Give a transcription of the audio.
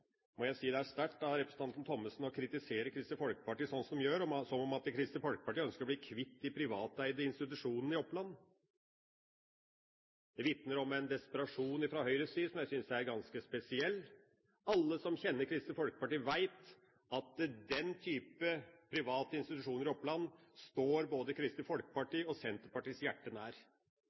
må jeg si at det er sterkt av representanten Thommessen å kritisere Kristelig Folkeparti sånn som de gjør, som om Kristelig Folkeparti ønsker å bli kvitt de privateide institusjonene i Oppland. Det vitner om en desperasjon fra Høyres side som jeg synes er ganske spesiell. Alle som kjenner Kristelig Folkeparti, vet at den type private institusjoner i Oppland står både Kristelig Folkepartis og Senterpartiets hjerte nær.